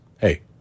Hey